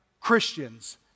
Christians